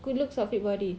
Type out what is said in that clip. good looks or fit body